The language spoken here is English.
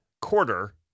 quarter